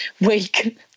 week